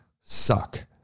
suck